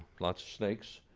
lots of snakes.